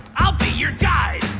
i'll be your guide.